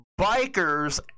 bikers